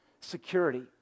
security